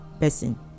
person